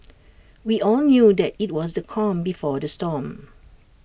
we all knew that IT was the calm before the storm